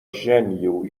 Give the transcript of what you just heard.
gen